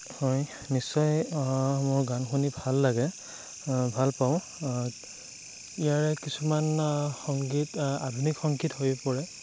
হয় নিশ্চয় মোৰ গান শুনি ভাল লাগে ভাল পাওঁ ইয়াৰে কিছুমান সংগীত আধুনিক সংগীত হৈ পৰে